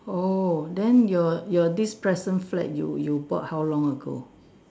oh then your your this present flat you you bought how long ago